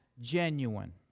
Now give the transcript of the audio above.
genuine